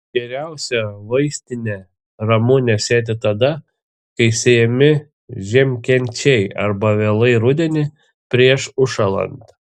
geriausia vaistinę ramunę sėti tada kai sėjami žiemkenčiai arba vėlai rudenį prieš užšąlant